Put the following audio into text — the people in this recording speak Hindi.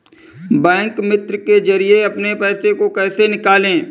बैंक मित्र के जरिए अपने पैसे को कैसे निकालें?